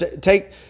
take